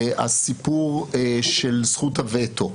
הסיפור של זכות הווטו.